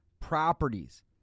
properties